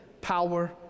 power